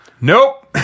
nope